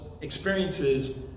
experiences